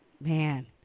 Man